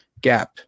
gap